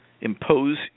impose